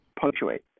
punctuate